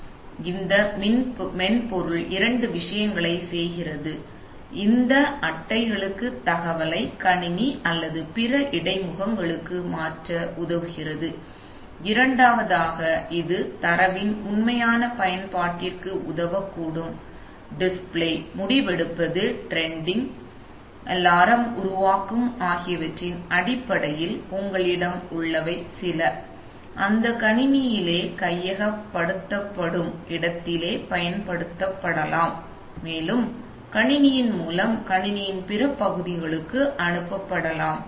எனவே இந்த மென்பொருள் இரண்டு விஷயங்களைச் செய்கிறது இந்த அட்டைகளுக்கு தகவலை கணினி அல்லது பிற இடைமுகங்களுக்கு மாற்ற உதவுகிறது இரண்டாவதாக இது தரவின் உண்மையான பயன்பாட்டிற்கு உதவக்கூடும் டிஸ்ப்ளே முடிவெடுப்பது டிரெண்டிங் அலாரம் உருவாக்கம் ஆகியவற்றின் அடிப்படையில் உங்களிடம் உள்ளவை சில அந்த கணினியிலேயே கையகப்படுத்தப்படும் இடத்திலேயே பயன்படுத்தப்படலாம் மேலும் கணினியின் மூலம் கணினியின் பிற பகுதிகளுக்கு அனுப்பப்படலாம்